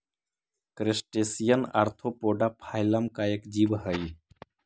crustacean arthropoda phylum का एक जीव हई